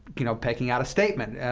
you know, pecking out a statement.